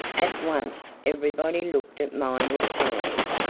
at once everybody looked at miner's hands.